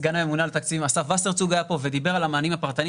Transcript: סגן הממונה על התקציבים אסף וסרצוג היה פה ודיבר על המענים הפרטניים